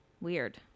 weird